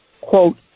quote